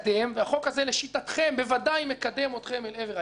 והחוק הזה לשיטתכם ודאי מקדם אתכם לעבר היעד,